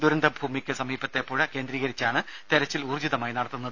ദുരന്ത ഭൂമിക്ക് സമീപത്തെ പുഴ കേന്ദ്രീകരിച്ചാണ് തെരച്ചിൽ ഊർജ്ജിതമായി നടത്തുന്നത്